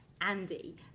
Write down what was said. Andy